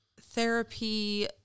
therapy